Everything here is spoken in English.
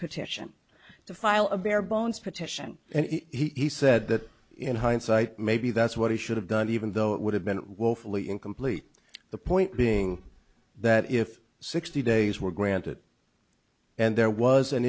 petition to file a barebones petition and he said that in hindsight maybe that's what he should have done even though it would have been woefully incomplete the point being that if sixty days were granted and there was an